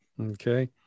Okay